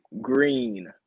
green